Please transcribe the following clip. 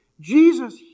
Jesus